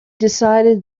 decided